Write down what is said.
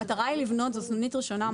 זאת סנונית ראשונה.